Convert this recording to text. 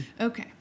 Okay